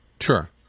Sure